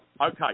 Okay